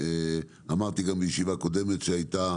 אמרתי גם בישיבה קודמת שהייתה